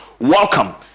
Welcome